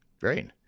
Great